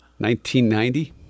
1990